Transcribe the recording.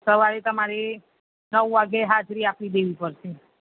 સવારે તમારે નવ વાગ્યે હાજરી આપી દેવી પડશે